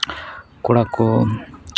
ᱠᱚᱲᱟ ᱠᱚ